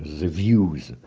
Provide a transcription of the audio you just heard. the views,